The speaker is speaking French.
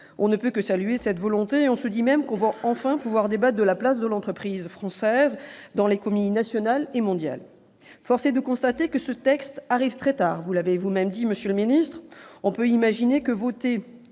on ne peut que saluer cette volonté. On se dit même que l'on va enfin pouvoir débattre de la place de l'entreprise française dans l'économie nationale et mondiale. Force est de constater que ce texte arrive très tard, vous l'avez dit vous-même, monsieur le ministre. On peut imaginer que,